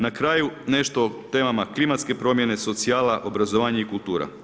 Na kraju nešto o temama klimatske promjene, socijala, obrazovanje i kultura.